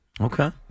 Okay